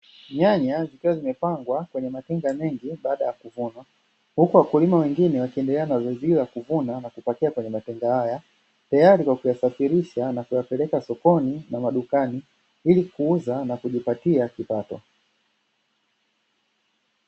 Nyanya zikiwa zimepangwa kwenye matenga mengi baada ya kuvunwa, Huku wakulima wengine Wakiendelea na zoezi hili la kuvuna na kupakia kwenye matenga, tayari kwa kuyasafirisha na kuyapeleka sokoni na madukani ili kuuza na kujipatia kipato.